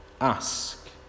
Ask